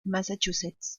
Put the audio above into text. massachusetts